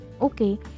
okay